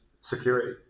security